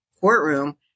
courtroom